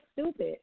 stupid